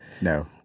No